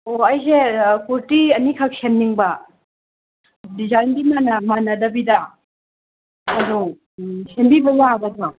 ꯑꯣ ꯑꯩꯁꯦ ꯀꯨꯔꯇꯤ ꯑꯅꯤꯈꯛ ꯁꯦꯝꯅꯤꯡꯕ ꯗꯤꯖꯥꯏꯟꯗꯤ ꯃꯥꯟꯅꯗꯕꯤꯗ ꯑꯗꯣ ꯁꯦꯝꯕꯤꯕ ꯌꯥꯒꯗ꯭ꯔꯣ